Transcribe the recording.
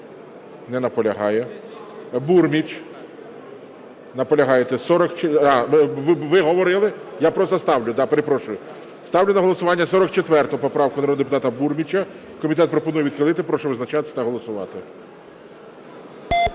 Не наполягає. Бурміч. Наполягаєте? А, ви говорили, я просто ставлю, перепрошую. Ставлю на голосування 44 поправку народного депутата Бурміча. Комітет пропонує відхилити. Прошу визначатись та голосувати.